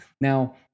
Now